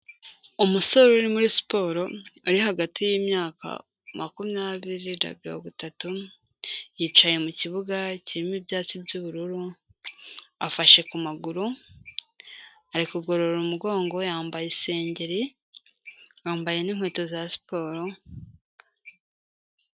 Umusore uri muri siporo ari hagati y'imyaka makumyabiri na mirongo itatu, yicaye mu kibuga kirimo ibyatsi by'ubururu, afashe ku maguru, ari kugorora umugongo, yambaye isengeri, yambaye n'inkweto za siporo,...